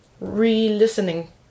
re-listening